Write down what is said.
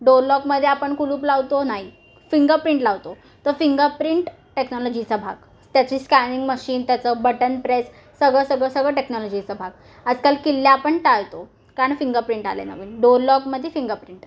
डोरलॉकमध्ये आपण कुलूप लावतो नाही फिंग प्रिंट लावतो तर फिंग प्रिंट टेक्नॉलॉजीचा भाग त्याची स्कॅनिंग मशीन त्याचं बटन प्रेस सगळं सगळं सगळं टेक्नॉलॉजीचा भाग आजकाल किल्ल्या आपण टाळतो कारण फिंग प्रिंट आले नवीन डोर लॉगमध्ये फिंग प्रिंट आहेत